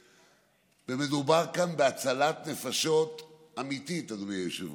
מדובר כאן בהצלת נפשות אמיתית, אדוני היושב-ראש.